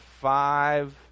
five